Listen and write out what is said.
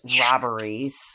robberies